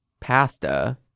pasta